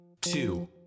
two